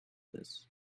this